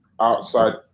outside